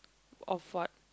of what